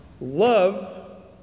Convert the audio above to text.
love